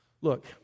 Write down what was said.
Look